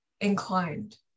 inclined